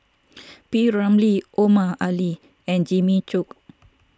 P Ramlee Omar Ali and Jimmy Chok